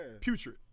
Putrid